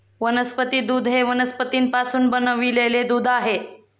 वनस्पती दूध हे वनस्पतींपासून बनविलेले दूध आहे